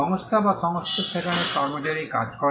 সংস্থা বা সংস্থা যেখানে কর্মচারী কাজ করে